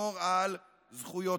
ולשמור על זכויותיהם.